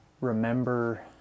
remember